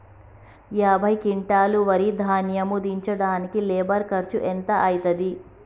యాభై క్వింటాల్ వరి ధాన్యము దించడానికి లేబర్ ఖర్చు ఎంత అయితది?